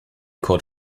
court